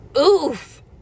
oof